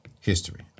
history